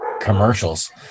commercials